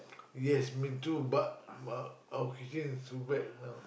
yes me too but but our kitchen is wet now